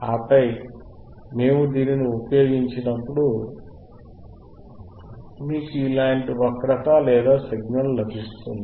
ఆపై మేము దీనిని ఉపయోగించినప్పుడు మీకు ఇలాంటి వక్రత లేదా సిగ్నల్ లభిస్తుంది